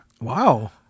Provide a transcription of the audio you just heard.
Wow